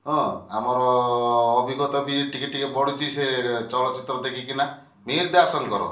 ହଁ ଆମର ଅଭିଜ୍ଞତା ବି ଟିକେ ଟିକେ ବଢ଼ୁଛି ସେ ଚଳଚ୍ଚିତ୍ର ଦେଖିକିନା ମିହିର ଦାଶଙ୍କର